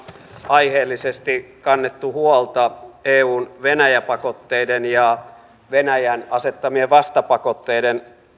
aiheellisesti kannettu huolta eun venäjä pakotteiden ja venäjän asettamien vastapakotteiden